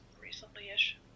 recently-ish